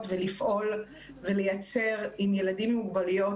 ולפעול ולייצר עם ילדים עם מוגבלויות,